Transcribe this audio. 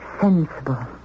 Sensible